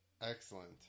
Excellent